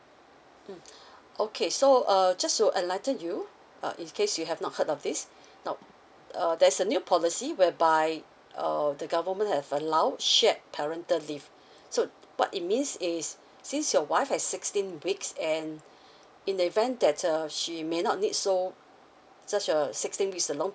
mm okay so uh just so ato enlighten you uh in case you have not heard of this now uh there's a new policy whereby um the government have allowed shared parental leave so what it means is since your wife has sixteen weeks and in the event that err she may not need so such uh sixteen weeks